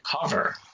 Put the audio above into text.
cover